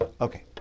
Okay